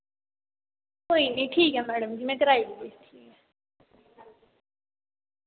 कोई नी ठीक ऐ मैडम जी मैं कराई उड़गी ठीक ऐ